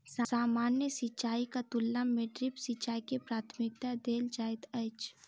सामान्य सिंचाईक तुलना मे ड्रिप सिंचाई के प्राथमिकता देल जाइत अछि